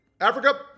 Africa